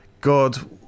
God